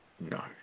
No